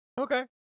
okay